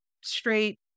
straight